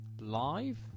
live